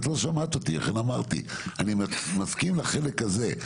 את לא שמעת אותי, לכן אמרתי, אני מסכים לחלק הזה.